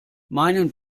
meinen